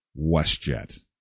WestJet